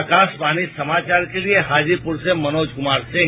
आकाशवाणी समाचार के लिए साजीपुर से मनोज कुमार सिंह